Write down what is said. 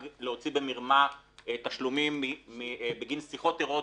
להוציא במרמה תשלומים בגין שיחות ארוטיות.